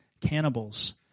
cannibals